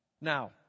Now